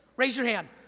raise your hand.